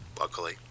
luckily